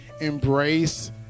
embrace